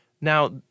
Now